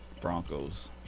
Broncos